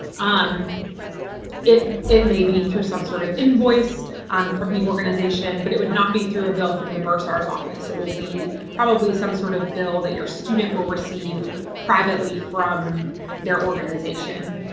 um it it may be through some sort of invoice um from the organization, but it would not be through a bill from the bursar's office. it will be probably some sort of bill that your student will receive privately from their organization,